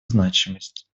значимость